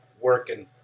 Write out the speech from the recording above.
working